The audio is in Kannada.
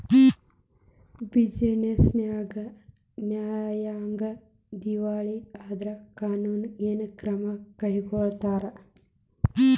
ಬಿಜಿನೆಸ್ ನ್ಯಾಗ ದಿವಾಳಿ ಆದ್ರ ಕಾನೂನು ಏನ ಕ್ರಮಾ ಕೈಗೊಳ್ತಾರ?